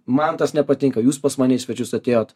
man tas nepatinka jūs pas mane į svečius atėjot